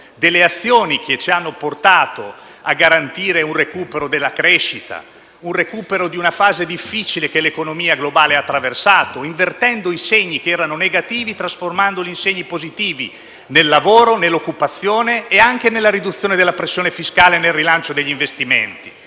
delle azioni che ci hanno portato a garantire un recupero della crescita, un recupero di una fase difficile che l'economia globale ha attraversato, invertendo i segni e trasformandoli da negativi in positivi, nel lavoro, nell'occupazione e anche nella riduzione della pressione fiscale e nel rilancio degli investimenti.